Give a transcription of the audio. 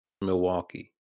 Milwaukee